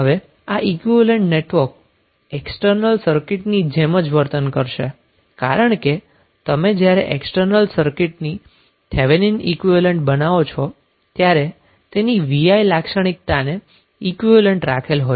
હવે આ equivalent network external સર્કિટની જેમ જ વર્તન કરશે કારણ કે તમે જ્યારે એક્ષટર્નલ સર્કિટની થેવેનિન ઈક્વીવેલેન્ટ બનાવો છો ત્યારે તેની vi લાક્ષણિકતાને ઈક્વીવેલેન્ટ રાખેલ હોય છે